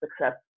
success